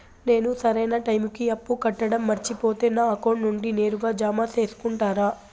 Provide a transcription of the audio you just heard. నేను సరైన టైముకి అప్పు కట్టడం మర్చిపోతే నా అకౌంట్ నుండి నేరుగా జామ సేసుకుంటారా?